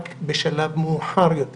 רק בשלב מאוחר יותר